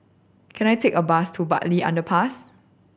can I take a bus to Bartley Underpass